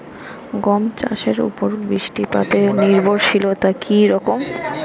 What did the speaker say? গম চাষের উপর বৃষ্টিপাতে নির্ভরশীলতা কী রকম?